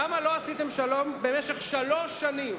למה לא עשיתם שלום במשך שלוש שנים?